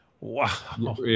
Wow